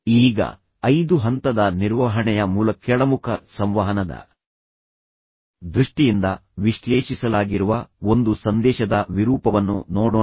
ಈಗ ಐದು ಹಂತದ ನಿರ್ವಹಣೆಯ ಮೂಲಕ ಕೆಳಮುಖ ಸಂವಹನದ ದೃಷ್ಟಿಯಿಂದ ವಿಶ್ಲೇಷಿಸಲಾಗಿರುವ ಒಂದು ಸಂದೇಶದ ವಿರೂಪವನ್ನು ನೋಡೋಣ